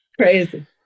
Crazy